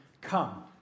come